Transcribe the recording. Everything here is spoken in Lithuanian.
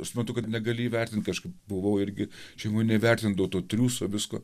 suprantu kad negali įvertint kažkaip buvau irgi čia jau nevertindavau to triūso visko